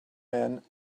men